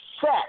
set